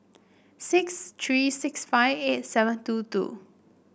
six three six five eight seven two two